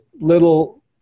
little